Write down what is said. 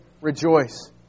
rejoice